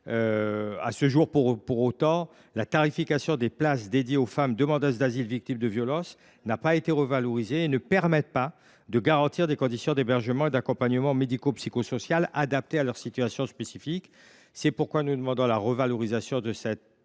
alarmants. Pourtant, la tarification des places destinées aux femmes victimes de violences qui demandent l’asile n’a pas été revalorisée et ne permet pas de garantir des conditions d’hébergement et d’accompagnement médico psychosocial adaptées à leurs situations spécifiques. C’est pourquoi nous demandons la revalorisation de cette tarification